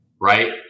right